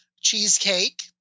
cheesecake